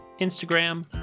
Instagram